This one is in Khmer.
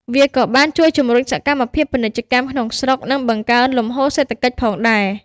វាក៏បាន ជួយជំរុញសកម្មភាពពាណិជ្ជកម្មក្នុងស្រុក និងបង្កើនលំហូរសេដ្ឋកិច្ចផងដែរ។